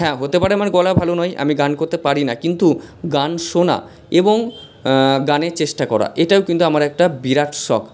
হ্যাঁ হতে পারে আমার গলা ভালো নয় আমি গান করতে পারি না কিন্তু গান শোনা এবং গানের চেষ্টা করা এটাও কিন্তু আমার একটা বিরাট শখ